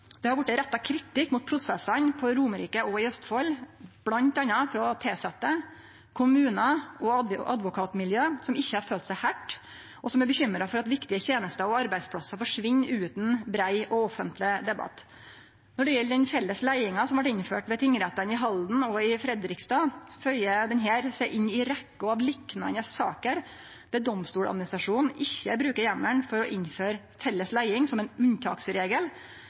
Det har vore retta kritikk mot prosessane på Romerike og i Østfold, bl.a. frå tilsette, kommunar og advokatmiljø som ikkje har følt seg høyrde, og som er bekymra for at viktige tenester og arbeidsplassar forsvinn utan brei og offentleg debatt. Når det gjeld den felles leiinga som vart innført ved tingrettane i Halden og i Fredrikstad, føyer det seg inn i rekkja av liknande saker der Domstoladministrasjonen ikkje bruker heimelen for å innføre felles leiing som ein unntaksregel,